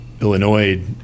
Illinois